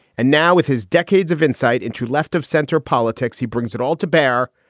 and now, with his decades of insight into left of center politics, he brings it all to bear.